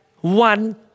one